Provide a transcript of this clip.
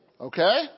Okay